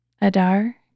Adar